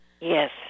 Yes